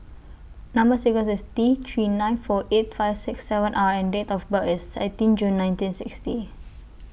Number sequence IS T three nine four eight five six seven R and Date of birth IS eighteen June nineteen sixty